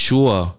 Sure